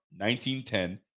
19-10